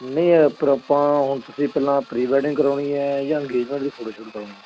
ਨਹੀਂ ਹੈ ਪਰ ਆਪਾਂ ਹੁਣ ਤੁਸੀਂ ਪਹਿਲਾਂ ਪ੍ਰੀ ਵੈਡਿੰਗ ਕਰਵਾਉਣੀ ਹੈ ਜਾਂ ਅੰਗੇਜ਼ਮੈਂਟ ਦੀ ਫੋਟੋ ਸ਼ੂਟ ਕਰਵਾਉਣੀ ਹੈ